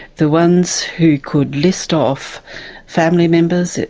the ones who could list off family members,